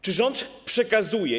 Czy rząd przekazuje.